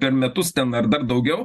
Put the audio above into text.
per metus ten ar dar daugiau